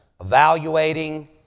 evaluating